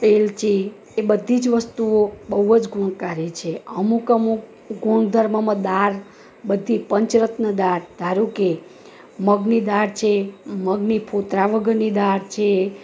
એલચી એ બધી જ વસ્તુઓ બહું જ ગુણકારી છે અમુક અમુક ગુણધર્મમાં દાળ બધી પંચરત્ન દાળ ધારો કે મગની દાળ છે મગની ફોતરાં વગરની દાળ છે